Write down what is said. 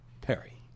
Perry